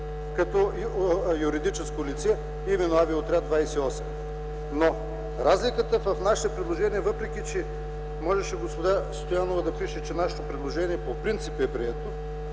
като юридическо лице или на Авиоотряд 28. Разликата в нашите предложения, въпреки че можеше госпожа Стоянова да пише, че нашето предложение по принцип е прието,